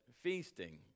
feasting